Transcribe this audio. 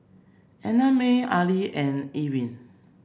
Annamae Arlie and Ilene